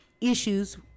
issues